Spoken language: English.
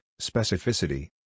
specificity